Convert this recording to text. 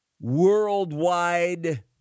worldwide